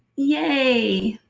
yay!